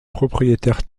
propriétaire